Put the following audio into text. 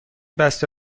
بسته